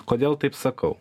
kodėl taip sakau